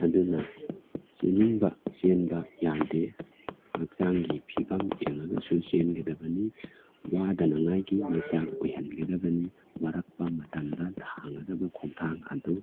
ꯑꯗꯨꯅ ꯆꯦꯟꯅꯤꯡꯕ ꯆꯦꯟꯕ ꯌꯥꯗꯦ ꯍꯛꯆꯥꯡꯒꯤ ꯐꯤꯕꯝ ꯌꯦꯡꯉꯒꯁꯨ ꯆꯦꯟꯒꯗꯕꯅꯤ ꯋꯥꯗꯅꯉꯥꯏꯒꯤ ꯃꯆꯥꯛ ꯑꯣꯏꯍꯟꯒꯗꯕꯅꯤ ꯋꯥꯔꯛꯄ ꯃꯇꯝꯗ ꯊꯥꯡꯒꯗꯕ ꯈꯣꯡꯊꯥꯡ ꯑꯗꯨ